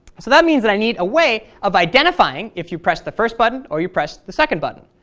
so that means that i need a way of identifying if you press the first button or you press the second button.